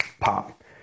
pop